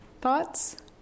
thoughts